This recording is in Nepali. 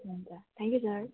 हुन्छ थ्याङ्क यू सर